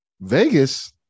Vegas